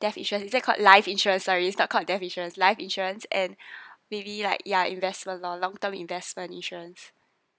death insurance is that called life insurance sorry it's not called a death insurance life insurance and maybe like ya investment or long term investment insurance